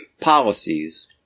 policies